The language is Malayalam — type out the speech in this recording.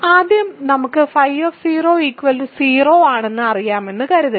ആദ്യം നമുക്ക് φ 0 ആണെന്ന് അറിയാമെന്ന് കരുതുക